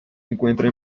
encuentra